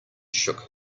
shook